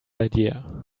idea